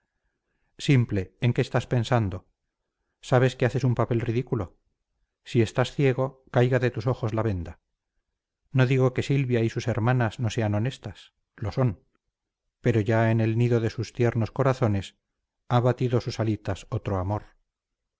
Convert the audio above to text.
simple en qué estás pensando sabes que haces un papel ridículo si estás ciego caiga de tus ojos la venda no digo que silvia y sus hermanas no sean honestas lo son pero ya en el nido de sus tiernos corazones ha batido sus alitas otro amor